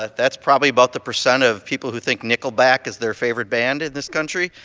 ah that's probably about the percent of people who think nickelback is their favorite band in this country.